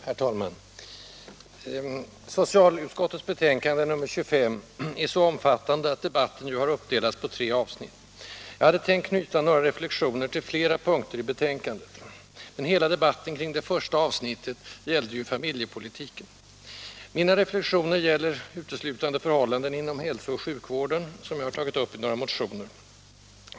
Herr talman! Socialutskottets betänkande nr 25 är så omfattande att debatten ju har uppdelats på tre avsnitt. Jag hade tänkt knyta några reflexioner till flera punkter i betänkandet. Hela debatten kring det första avsnittet gällde emellertid familjepolitiken. Mina reflexioner gäller uteslutande förhållanden inom hälsooch sjukvården, som jag har tagit upp i några motioner.